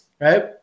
right